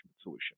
solution